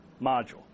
module